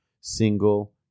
single